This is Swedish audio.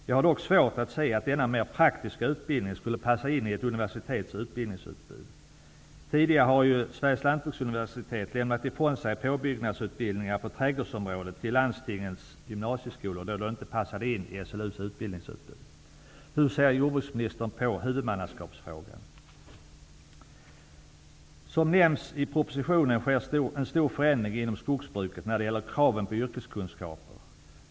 Jag har dock svårt att se att denna mer praktiska utbildning skulle passa in i ett universitets utbildningsutbud. Tidigare lämnade SLU ifrån sig påbyggnadsutbildningar på trädgårdsområdet till landstingens gymnasieskolor, eftersom dessa utbildningar inte passade in i SLU:s utbildningsutbud. Hur ser jordbruksministern på huvudmannaskapsfrågan? Som nämns i propositionen sker en stor förändring inom skogsbruket när det gäller kraven på yrkeskunskaper.